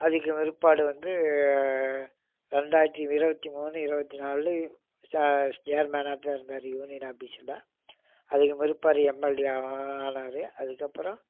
அதுக்கு பிற்பாடு வந்து ரெண்டாயிரத்து இருபத்தி மூணு இருபத்து நாளில் சேர்மேனாகத்தான் இருந்தார் யூனியன் ஆபிஸில் அதுக்கு பிற்பாடு எம்எல்ஏ ஆனார் அதுக்கப்புறம்